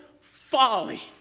folly